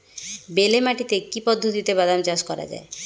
বেলে মাটিতে কি পদ্ধতিতে বাদাম চাষ করা যায়?